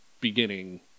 beginning